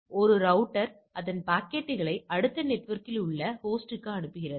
எனவே ஒரு ரவுட்டர் அந்த பாக்கெட்டுகளை அடுத்த நெட்வொர்க்கில் உள்ள கோஸ்ட்க்கு அனுப்புகிறது